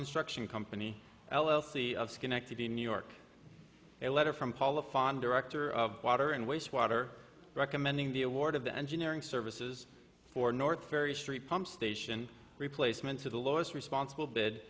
construction company l l c of schenectady new york a letter from paul a fond director of water and wastewater recommending the award of the engineering services for north ferry street pump station replacements of the lowest responsible bid